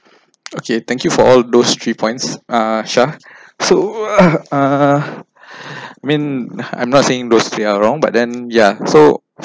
okay thank you for all those three points uh shah so uh uh I mean uh I'm not saying those three are wrong but then ya so